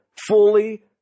fully